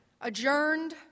adjourned